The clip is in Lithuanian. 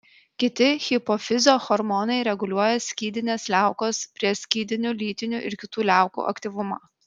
kiti hipofizio hormonai reguliuoja skydinės liaukos prieskydinių lytinių ir kitų liaukų aktyvumą